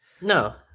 No